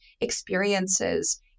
experiences